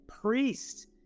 priest